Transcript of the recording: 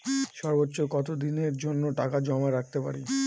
সর্বোচ্চ কত দিনের জন্য টাকা জমা রাখতে পারি?